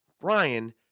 Brian